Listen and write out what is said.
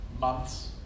months